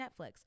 Netflix